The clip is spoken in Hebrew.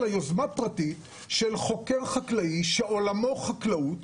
אלא יוזמה פרטית של חוקר חקלאי שעולמו חקלאות,